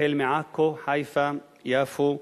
עכו, חיפה, יפו,